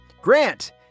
Grant